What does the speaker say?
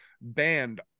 banned